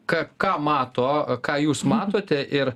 ką ką mato ką jūs matote ir